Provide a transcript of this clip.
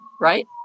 right